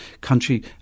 country